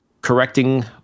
correcting